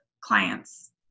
clients